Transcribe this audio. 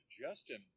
Justin